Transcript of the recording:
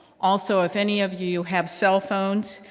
also, if any of you you have cell phones,